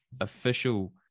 official